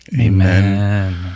Amen